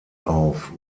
auf